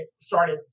started